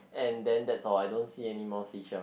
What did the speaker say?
and then that's all I don't see anymore seashell